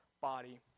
body